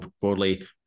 broadly